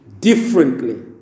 differently